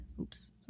oops